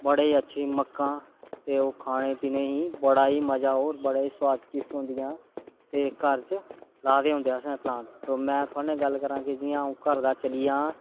बड़े अच्छे मक्कां ते ओह् खाने पीने ई बड़ा ई मजा होर बड़ा ई स्वादिष्ट होंदियां ते घर च लाये दे होंदे असें प्लांट तो में थुआढ़े नै गल्ल करांऽ जि'यां अ'ऊं घर दा चली जां